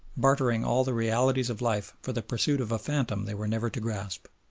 bartering all the realities of life for the pursuit of a phantom they were never to grasp.